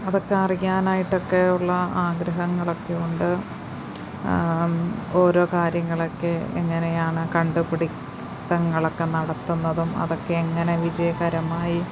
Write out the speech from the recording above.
അതൊക്കെ അറിയാനായിട്ടൊക്കെ ഉള്ള ആഗ്രഹങ്ങളൊക്കെയുണ്ട് ഓരോ കാര്യങ്ങളൊക്കെ എങ്ങനെയാണ് കണ്ടു പിടുത്തങ്ങളൊക്കെ നടത്തുന്നതും അതൊക്കെ എങ്ങനെ വിജയകരമായി